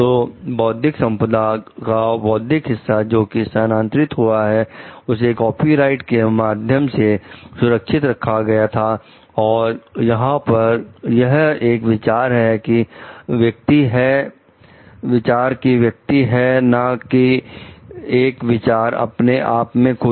तो बौद्धिक संपदा का बौद्धिक हिस्सा जो कि स्थानांतरित हुआ है उसे कॉपीराइट के माध्यम से सुरक्षित रखा गया था और यहां पर यह एक विचार की व्यक्ति है ना कि एक विचार अपने आप में खुद